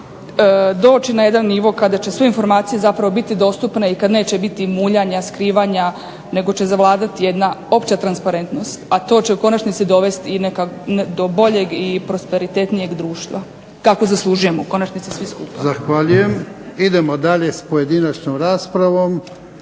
doći na jedan nivo kada će sve informacije zapravo biti dostupne i kad neće biti muljanja, skrivanja nego će zavladati jedna opća transparentnost. A to će u konačnici dovesti i do boljeg i prosperitetnijeg društva kakvo zaslužujemo u konačnici svi skupa. **Jarnjak, Ivan (HDZ)** Zahvaljujem. Idemo dalje s pojedinačnom raspravom.